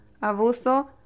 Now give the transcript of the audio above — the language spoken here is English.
abuso